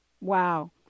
Wow